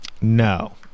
No